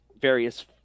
various